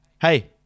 hey